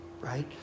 right